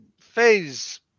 Phase